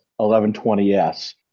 1120s